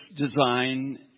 design